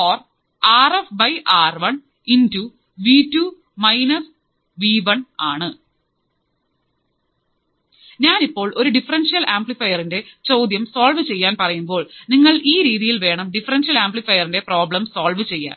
or Rf R1 ഞാനിപ്പോൾ ഒരു differential ആംപ്ലിഫയറിന്റെ ചോദ്യം സോൾവ് ചെയ്യാൻ പറയുമ്പോൾ നിങ്ങൾ ഈ രീതിയിൽ വേണം ഡിഫറെൻഷ്യൽ ആംപ്ലിഫയറിന്റെ പ്രോബ്ലം സോൾവ് ചെയ്യാൻ